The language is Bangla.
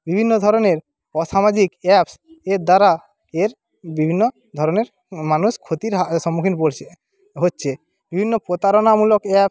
বিভিন্ন ধরণের অসামাজিক অ্যাপস এর দ্বারা এর বিভিন্ন ধরণের মানুষ ক্ষতির হা সম্মুখীন পড়ছে হচ্ছে বিভিন্ন প্রতারণামূলক অ্যাপস